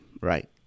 right